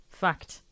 fact